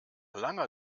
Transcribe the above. langer